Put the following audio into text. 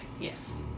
Yes